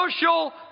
social